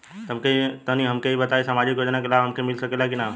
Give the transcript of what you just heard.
तनि हमके इ बताईं की सामाजिक योजना क लाभ हमके मिल सकेला की ना?